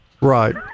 right